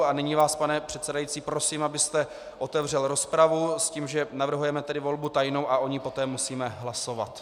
A nyní vás, pane předsedající, prosím, abyste otevřel rozpravu s tím, že navrhujeme volbu tajnou a o ní poté musíme hlasovat.